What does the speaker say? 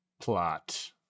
plot